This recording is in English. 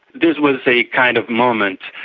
this was a kind of moment,